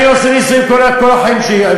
אני עושה נישואין כל החיים שלי,